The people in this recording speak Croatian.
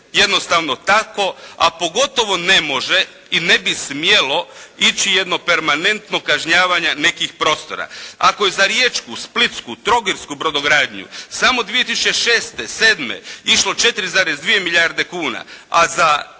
jednostavno tako, a pogotovo ne može i ne bi smjelo ići jedno permanentno kažnjavanja nekih prostora. Ako je za riječku, splitsku, trogirsku brodogradnju samo 2006., 2007. išlo 4,2 milijarde kuna, a za Istarsku